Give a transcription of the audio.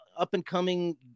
up-and-coming